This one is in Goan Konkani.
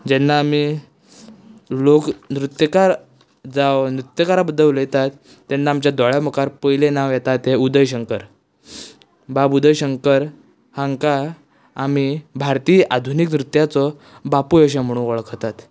जेन्ना आमी लोक नृत्यकार जावन नृत्यकारा बद्दल उलयतात तेन्ना आमच्या दोळ्यां मुखार पयलें नांव येता तें उदय शंकर बाब उदय शंकर हांकां आमी भारतीय आधुनिक नृत्याचो बापूय अशें म्हणुन वळखतात